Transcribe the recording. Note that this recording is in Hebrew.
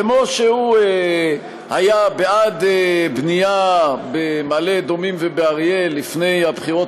כמו שהוא היה בעד בנייה במעלה-אדומים ובאריאל לפני הבחירות